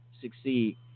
succeed